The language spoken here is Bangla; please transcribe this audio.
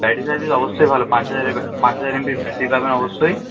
ব্যাটারি সার্ভিস অবশ্যই ভালো পাঁচ হাজারের পাঁচ হাজার এম বির ব্যাটারি পাবেন অবশ্যই